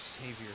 Savior